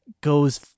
Goes